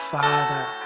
Father